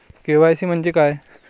KYC म्हंजे काय?